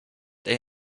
they